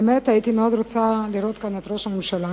האמת, הייתי מאוד רוצה לראות כאן את ראש הממשלה,